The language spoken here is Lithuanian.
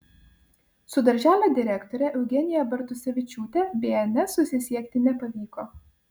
su darželio direktore eugenija bartusevičiūtė bns susisiekti nepavyko